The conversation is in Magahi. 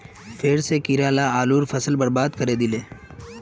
फेर स कीरा ला आलूर फसल बर्बाद करे दिले